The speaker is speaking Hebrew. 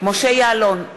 משה יעלון,